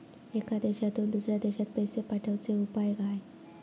एका देशातून दुसऱ्या देशात पैसे पाठवचे उपाय काय?